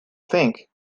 think